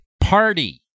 party